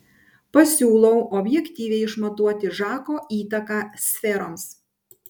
pasiūlau objektyviai išmatuoti žako įtaką sferoms